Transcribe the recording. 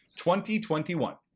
2021